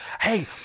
hey